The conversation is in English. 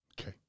Okay